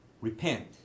Repent